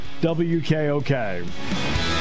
WKOK